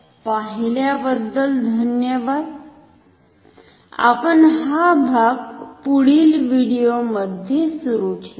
पाहिल्याबद्दल धन्यवाद आपण हा भाग पुढील व्हिडिओमध्ये सुरू ठेवु